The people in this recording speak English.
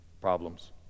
problems